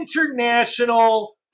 international